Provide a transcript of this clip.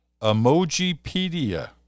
Emojipedia